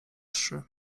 trzy